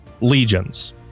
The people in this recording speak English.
legions